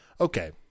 Okay